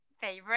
favorite